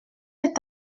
est